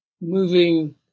moving